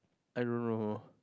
I don't know